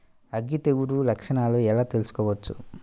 అగ్గి తెగులు లక్షణాలను ఎలా తెలుసుకోవచ్చు?